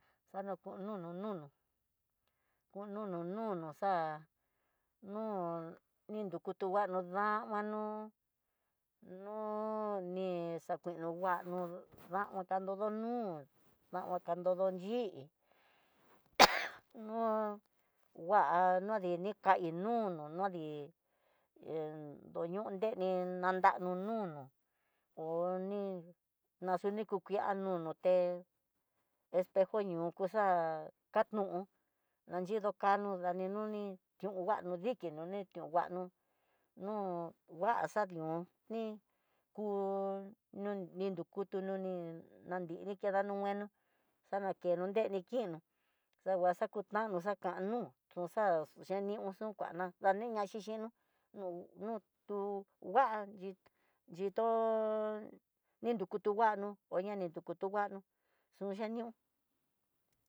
Xana ku nunu nunu, ku nunu nunu xa'a no ni nruku tu nguano damanú, nooo ni xakuin no nguanó damokuando no nu, dama kandoyo ni'í no kua no dini ka'í nunu no ndí hen oño dení nandano nunu, ho ni naxió ni ku kuiá nonoté espejo ñuku xa'a kanú, nandiyo kano dani nuni tiú kuano no dikinó né tió nguanó no daxa dión ni ku ni nru kutu, na nrini kida nu ngueno xanakeno nreni kuinó xanguaxakutandó xakan nú uxa xhenixu kuana daneñaxi xhinó no no tú nguanyi yitó ni nruku tunguanó ho ña ni duku tu nguanó tuxeñio.